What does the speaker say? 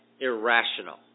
irrational